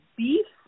beef